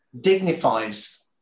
dignifies